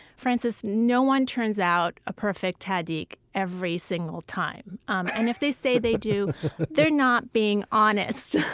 francis, no one turns out a perfect tahdig every single time, um and if they say they do they're not being honest